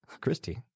Christy